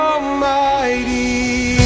Almighty